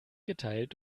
geteilt